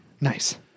Nice